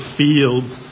fields